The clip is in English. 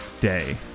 day